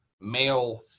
male